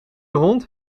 hond